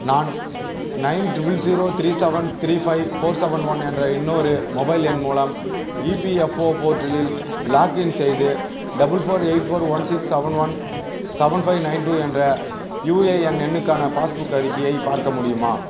நான் nine triple zero three seven three five four seven one என்ற இன்னொரு mobile எண் மூலம் இபிஎஃப்ஓ போர்ட்டலில் லாகின் செய்து double four eight four one six seven one seven five nine two என்ற UAN எண்ணுக்கான பாஸ்புக் அறிக்கையை பார்க்க முடியுமா